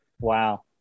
Wow